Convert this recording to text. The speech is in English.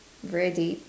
very deep